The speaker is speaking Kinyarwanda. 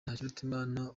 ntakirutimana